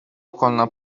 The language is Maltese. ikollna